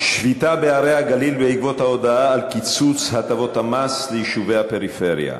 שביתה בערי הגליל בעקבות ההודעה על קיצוץ הטבות המס ליישובי הפריפריה,